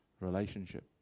relationship